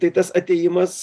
tai tas atėjimas